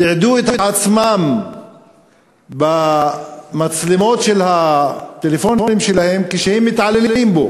תיעדו את עצמם במצלמות של הטלפונים שלהם כשהם מתעללים בו,